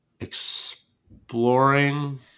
Exploring